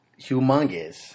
humongous